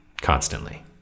constantly